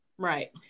Right